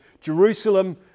Jerusalem